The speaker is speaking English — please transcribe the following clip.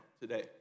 today